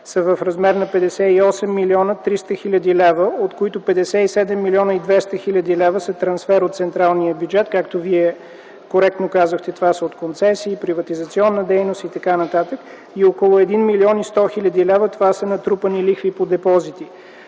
са в размер на 58 млн. 300 хил. лв., от които 57 млн. 200 хил. лв. са трансфер от централния бюджет, както Вие коректно казахте. Това са от концесии, приватизационна дейност и т.н., и около 1 млн. 100 хил. лв. – това са натрупани лихви по депозити.